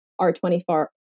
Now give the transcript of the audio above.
R24